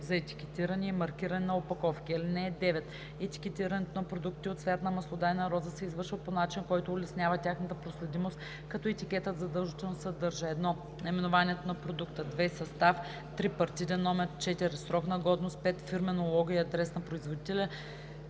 за етикетиране и маркиране на опаковки. (9) Етикетирането на продуктите от цвят на маслодайна роза се извършва по начин, който улеснява тяхната проследимост, като етикетът задължително съдържа: 1. наименование на продукта; 2. състав; 3. партиден номер; 4. срок на годност; 5. фирмено лого и адрес на производителя;